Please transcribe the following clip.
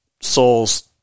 souls